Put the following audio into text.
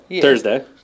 Thursday